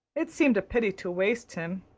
it seemed a pity to waste him.